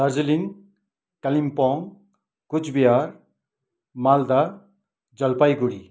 Darjeeling Kalimpong Cooch Behar Malda Jalpaiguri